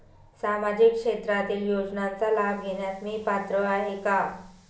सामाजिक क्षेत्रातील योजनांचा लाभ घेण्यास मी पात्र आहे का?